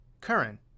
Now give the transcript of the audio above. current